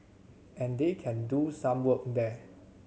and they can do some work there